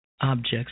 objects